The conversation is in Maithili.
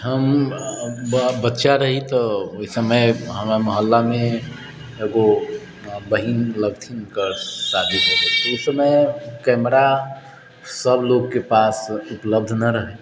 हम बच्चा रही तऽ ओहि समय हमरा महल्लामे एगो बहिन लगथिन हुनकर शादी भेलै उस समय कैमरा सबलोगके पास उपलब्ध नहि रहै